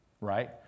Right